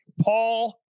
Paul